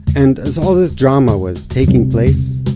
and, as all this drama was taking place,